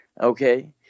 Okay